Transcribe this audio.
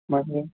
ମାନେ